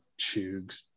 Chugs